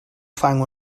fang